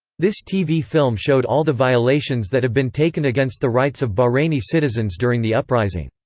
this tv film showed all the violations that have been taken against the rights of bahraini citizens during the uprising.